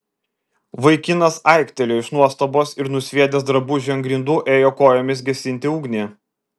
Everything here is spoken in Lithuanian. vaikinas aiktelėjo iš nuostabos ir nusviedęs drabužį ant grindų ėmė kojomis gesinti ugnį